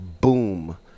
boom